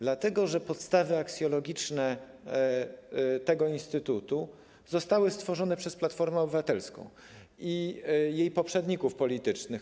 Dlatego że podstawy aksjologiczne tego instytutu zostały stworzone przez Platformę Obywatelską i jej poprzedników politycznych.